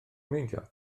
meindio